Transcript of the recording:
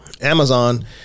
Amazon